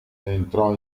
entrò